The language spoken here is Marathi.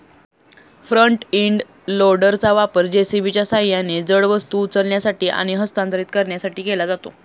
फ्रंट इंड लोडरचा वापर जे.सी.बीच्या सहाय्याने जड वस्तू उचलण्यासाठी आणि हस्तांतरित करण्यासाठी केला जातो